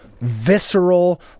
visceral